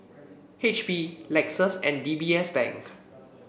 H P Lexus and D B S Bank